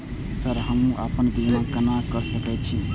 Sir हमू अपना बीमा केना कर सके छी?